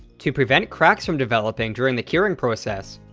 to prevent cracks from developing during the curing process,